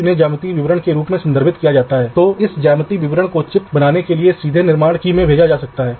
इसलिए VDD और power routing के लिए क्लॉक की तरह ही हमें भी दो चरणों की आवश्यकता है